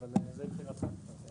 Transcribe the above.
אבל זאת הבחירה שלך.